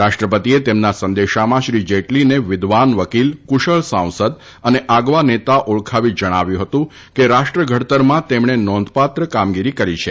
રાષ્ટ્રપતિએ તેમના સંદેશામાં વિદ્વાન વકીલ કુશળ સાંસદ અને આગવા નેતા ઓળખાવી જણાવ્યું હતું કે રાષ્ટ્રઘડતરમાં તેમને નોંધપાત્ર કામગીરી કરી છે